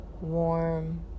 warm